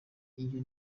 iyo